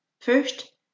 first